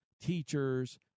teachers